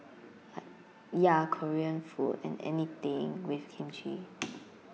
ya korean food and anything with kimchi